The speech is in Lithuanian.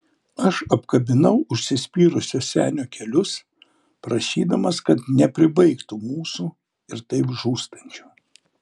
aš apkabinau užsispyrusio senio kelius prašydamas kad nepribaigtų mūsų ir taip žūstančių